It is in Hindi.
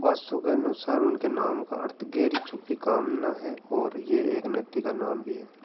बासु के अनुसार उनके नाम का अर्थ गहरी छुपी कामना है और यह एक नदी का नाम भी है